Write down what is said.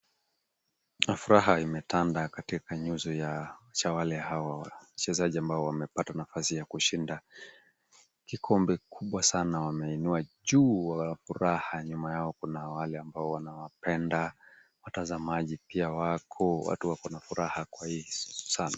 Furaha imetanda katika nyuso za shawale hawa wachezaji ambao wamepata nafasi ya kushinda kikombe kubwa sana wameinua juu kwa furaha. Nyuma yao kuna wale ambao wanawapenda, watazamaji pia wako watu wako na furaha kwa hii saa.